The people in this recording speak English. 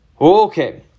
okay